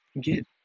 get